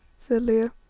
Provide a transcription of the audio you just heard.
said leo,